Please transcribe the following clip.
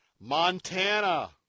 Montana